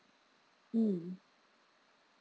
mm